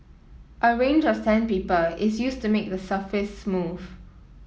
a range of sandpaper is used to make the surface smooth